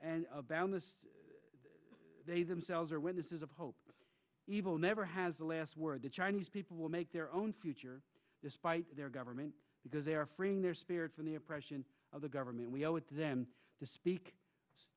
and they themselves are witnesses of hope evil never has the last word the chinese people will make their own future despite their government because they're offering their spirit from the oppression of the government we owe it to them to speak t